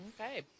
Okay